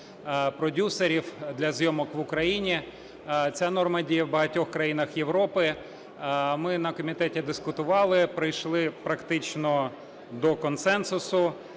продюсерів для зйомок в Україні. Ця норма діє в багатьох країнах Європи. Ми на комітеті дискутували, прийшли практично до консенсусу.